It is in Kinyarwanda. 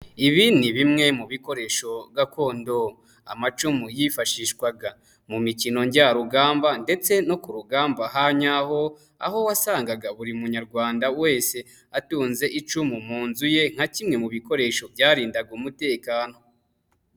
Ibi ni bimwe mu bikoresho gakondo, amacumu yifashishwaga mu mikino njyarugamba ndetse no ku rugamba hanyaho, aho wasangaga buri munyarwanda wese atunze icumu mu nzu ye, nka kimwe mu bikoresho byarindaga umutekano.